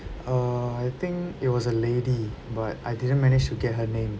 err I think it was a lady but I didn't manage to get her name